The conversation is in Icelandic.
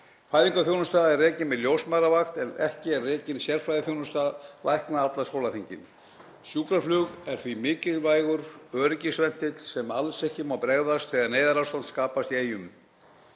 Fæðingarþjónusta er rekin með ljósmæðravakt, en ekki er rekin sérfræðiþjónusta lækna allan sólarhringinn. Sjúkraflug er því mikilvægur öryggisventill sem alls ekki má bregðast þegar neyðarástand skapast í Eyjum.